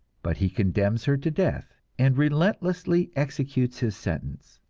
but he condemns her to death, and relentlessly executes his sentence.